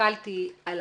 הסתכלתי על